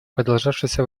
продолжавшейся